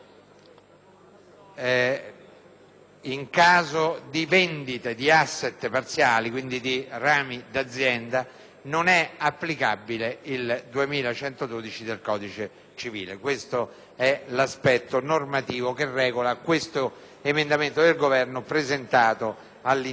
in caso di vendita di *asset* parziali, quindi di rami d'azienda, non è applicabile l'articolo 2112 del codice civile. Questo è l'aspetto normativo che regola l'emendamento del Governo presentato all'interno del provvedimento.